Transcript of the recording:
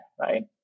right